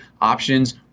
options